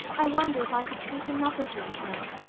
i wonder if i could sleep in mother's room to-night.